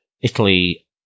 Italy